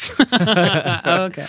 Okay